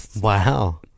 Wow